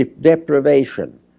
deprivation